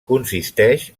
consisteix